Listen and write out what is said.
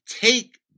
take